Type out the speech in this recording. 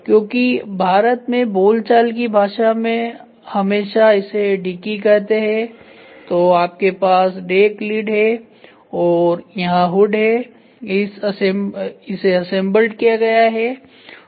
क्योंकि भारत में बोलचाल की भाषा में हम हमेशा इसे डिकी कहते हैं तो आपके पास डेक लीड है और यहां हुड है इसे असेंबल्ड किया गया है